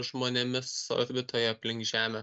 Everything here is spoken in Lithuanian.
žmonėmis orbitoj aplink žemę